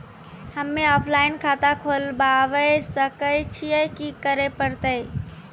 हम्मे ऑफलाइन खाता खोलबावे सकय छियै, की करे परतै?